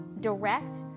direct